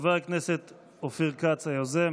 חבר הכנסת אופיר כץ, היוזם.